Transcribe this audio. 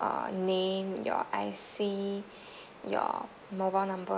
uh name your I_C your mobile number